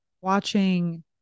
watching